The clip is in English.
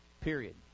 Period